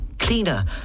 cleaner